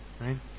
right